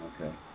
Okay